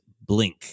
Blink